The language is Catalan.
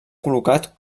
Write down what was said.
col·locat